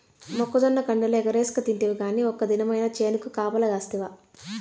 మొక్కజొన్న కండెలు ఎగరేస్కతింటివి కానీ ఒక్క దినమైన చేనుకు కాపలగాస్తివా